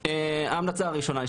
ההמלצה הראשונה היא